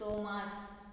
Tomas